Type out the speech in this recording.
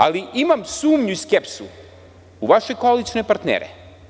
Ali, imam sumnju i skepsu u vaše koalicione partnere.